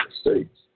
States